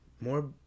more